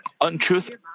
untruth